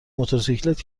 موتورسیکلت